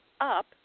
up